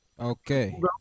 Okay